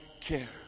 care